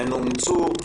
הן אומצו?